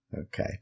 Okay